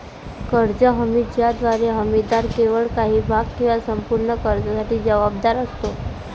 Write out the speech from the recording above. कर्ज हमी ज्याद्वारे हमीदार केवळ काही भाग किंवा संपूर्ण कर्जासाठी जबाबदार असतो